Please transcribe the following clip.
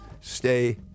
stay